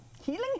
Healing